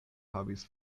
havis